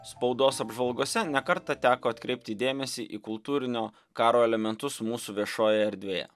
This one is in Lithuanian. spaudos apžvalgose ne kartą teko atkreipti dėmesį į kultūrinio karo elementus mūsų viešojoje erdvėje